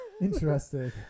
Interesting